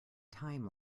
time